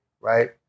right